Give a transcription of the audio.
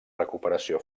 recuperació